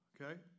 Okay